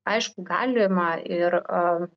aišku galima ir a